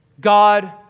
God